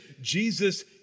Jesus